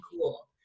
cool